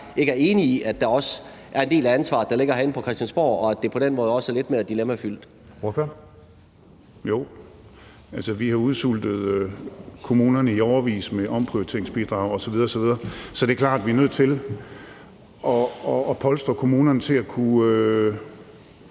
ikke er enige i, at der også er en del af ansvaret, som ligger herinde på Christiansborg, og at det på den måde også er lidt mere dilemmafyldt. Kl. 12:16 Anden næstformand (Jeppe Søe): Ordføreren. Kl. 12:16 Torsten Gejl (ALT): Jo. Altså, vi har udsultet kommunerne i årevis med omprioriteringsbidrag osv. osv., så det er klart, at vi er nødt til at polstre kommunerne til at kunne